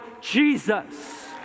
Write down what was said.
Jesus